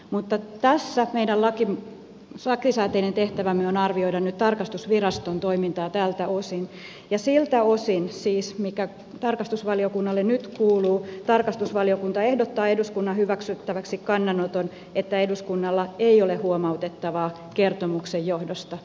mutta tässä meidän lakisääteinen tehtävämme on arvioida nyt tarkastusviraston toimintaa tältä osin ja siltä osin siis mikä tarkastusvaliokunnalle nyt kuuluu tarkastusvaliokunta ehdottaa eduskunnan hyväksyttäväksi kannanoton että eduskunnalla ei ole huomautettavaa kertomuksen johdosta